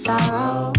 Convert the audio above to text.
Sorrow